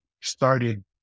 started